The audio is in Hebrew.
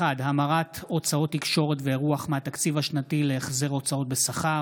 1. המרת הוצאות תקשורת ואירוח מהתקציב השנתי להחזר הוצאות בשכר,